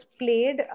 played